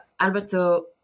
Alberto